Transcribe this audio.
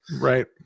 Right